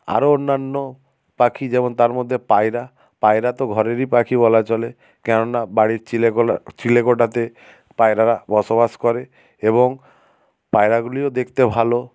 আরও অন্যান্য পাখি যেমন তার মধ্যে পায়রা পায়রা তো ঘরেরই পাখি বলা চলে কেননা বাড়ির চিলে কোলা চিলে কোঠাতে পায়রারা বসবাস করে এবং পায়রাগুলিও দেখতে ভালো